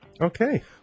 Okay